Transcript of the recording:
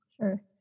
Sure